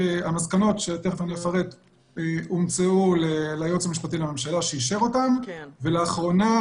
המסקנות הומצאו ליועץ המשפטי לממשלה שאישר אותן ולאחרונה